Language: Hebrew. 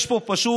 יש פה פשוט